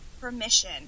permission